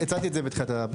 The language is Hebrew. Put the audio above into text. הצעתי את זה בתחילת הבוקר.